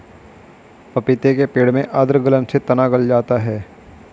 पपीते के पेड़ में आद्र गलन से तना गल जाता है